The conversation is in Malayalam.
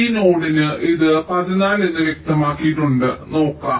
ഈ നോഡിന് ഇത് 14 എന്ന് വ്യക്തമാക്കിയിട്ടുണ്ട് നോക്കാം